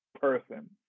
person